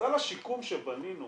סל השיקום שבנינו